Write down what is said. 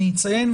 אני אציין,